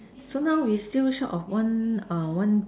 so now we still short of one err one